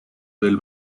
del